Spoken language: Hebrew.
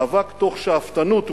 תוך שאפתנות,